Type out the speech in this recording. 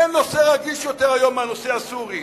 אין נושא רגיש יותר היום מהנושא הסורי.